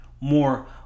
more